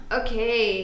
okay